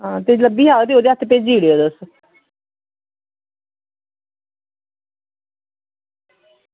हां ते लब्भी जाह्ग ते ओह्दे हत्थ भेजी ओड़ेओ तुस